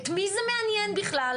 את מי זה מעניין בכלל,